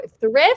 Thrift